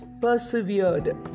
Persevered